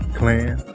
clan